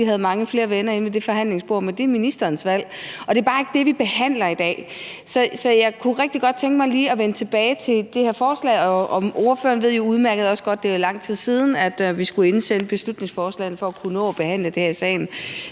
vi havde mange flere venner inde ved det forhandlingsbord, men det er ministerens valg, og det er bare ikke det, vi behandler i dag. Jeg kunne rigtig godt tænke mig lige at vende tilbage til det her forslag, og ordføreren ved jo udmærket også godt, at det er lang tid siden, at vi skulle indsende beslutningsforslaget for at kunne nå at behandle det her i salen.